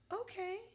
okay